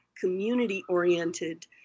community-oriented